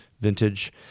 vintage